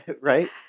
Right